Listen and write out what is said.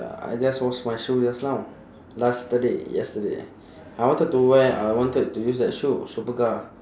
ya I just wash my shoe just now yesterday yesterday I wanted to wear I wanted to use that shoe superga